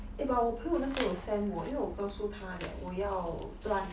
eh but 我朋友那时有 send 我因为我告诉她我要 plant